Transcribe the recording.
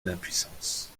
l’impuissance